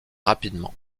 rapidement